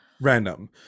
Random